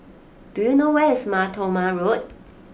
do you know where is Mar Thoma Road